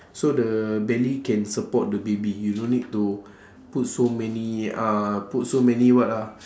so the belly can support the baby you don't need to put so many uh put so many what ah